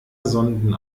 sonden